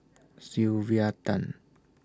Sylvia Tan